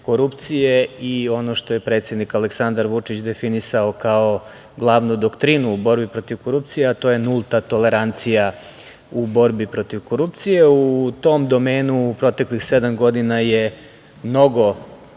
korupcije i ono što je predsednik Aleksandar Vučić definisao kao glavnu doktrinu u borbi protiv korupcije, a to je nulta tolerancija u borbi protiv korupcije.U tom domenu u proteklih sedam godina je mnogo